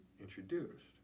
introduced